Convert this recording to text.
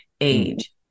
age